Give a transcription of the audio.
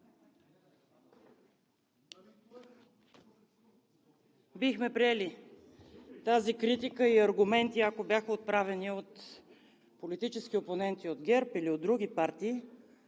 Бихме приели тази критика и аргументи, ако бяха отправени от политически опоненти – от ГЕРБ или от други партии,